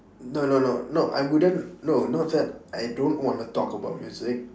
no no no no I wouldn't no not that I don't want to talk about music